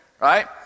right